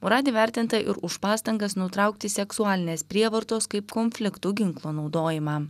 murad įvertinta ir už pastangas nutraukti seksualinės prievartos kaip konfliktų ginklo naudojimą